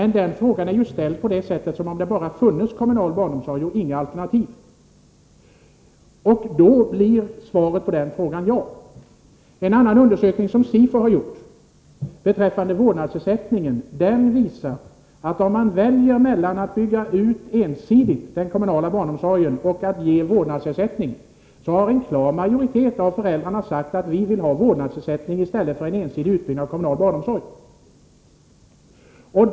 Men frågan har då ställts som om det bara funnes kommunal barnomsorg och inga alternativ. Då blir svaret på frågan ja. En annan undersökning, som SIFO har gjort och som gäller vårdnadsersättningen, visar att om föräldrarna får välja mellan att man ensidigt bygger ut den kommunala barnomsorgen och att man ger vårdnadsersättning, säger en klar majoritet av dem att de vill ha vårdnadsersättning i stället för den ensidiga utbyggnaden av kommunal barnomsorg.